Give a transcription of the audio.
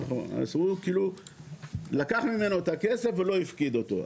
נכון, אז הוא לקח ממנו את הכסף ולא הפקיד אותו.